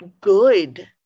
good